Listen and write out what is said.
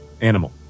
Animal